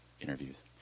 interviews